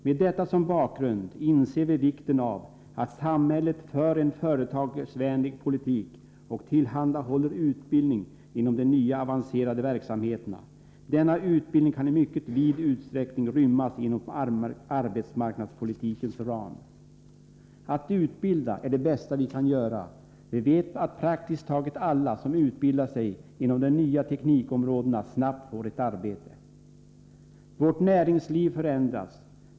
Med detta som bakgrund inser vi vikten av att samhället för en företagsvänlig politik och tillhandahåller utbildning inom de nya avancerade verksamheterna. Denna utbildning kan i mycket vid utsträckning rymmas inom arbetsmarknadspolitikens ram. Att utbilda är det bästa vi kan göra. Vi vet att praktiskt taget alla som utbildar sig inom de nya teknikområdena snabbt får ett arbete. Vårt näringsliv förändras.